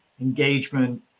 engagement